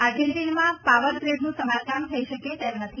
આર્જેન્ટિનામાં power ગ્રેડનું સમરકામ થઈ શકે તે નથી